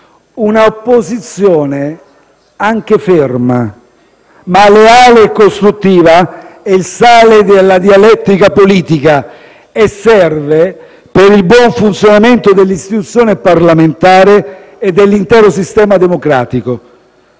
Un'opposizione anche ferma ma leale e costruttiva è il sale della dialettica politica e serve per il buon funzionamento dell'istituzione parlamentare e dell'intero sistema democratico.